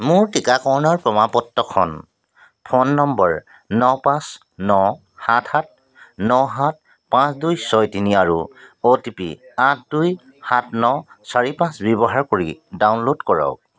মোৰ টীকাকৰণৰ প্ৰমাণ পত্ৰখন ফোন নম্বৰ ন পাঁচ ন সাত সাত ন সাত পাঁচ দুই ছয় তিনি আৰু অ' টি পি আঠ দুই সাত ন চাৰি পাঁচ ব্যৱহাৰ কৰি ডাউনল'ড কৰক